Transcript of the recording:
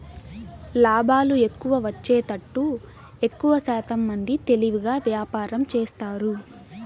లాభాలు ఎక్కువ వచ్చేతట్టు ఎక్కువశాతం మంది తెలివిగా వ్యాపారం చేస్తారు